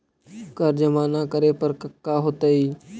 कर जमा ना करे पर कका होतइ?